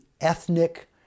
ethnic